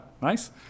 nice